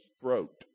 throat